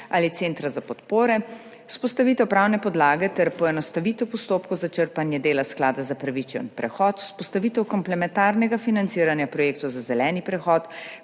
ali centra za podpore, vzpostavitev pravne podlage ter poenostavitev postopkov za črpanje dela iz Sklada za pravični prehod, vzpostavitev komplementarnega financiranja projektov za zeleni prehod,